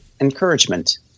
encouragement